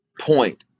point